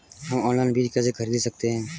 हम ऑनलाइन बीज कैसे खरीद सकते हैं?